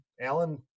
Alan